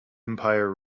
empire